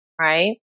Right